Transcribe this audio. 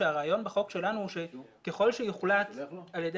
הרעיון בחוק שלנו הוא שככל שיוחלט על ידי